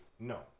No